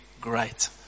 great